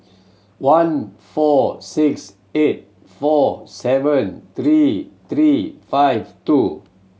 one four six eight four seven three three five two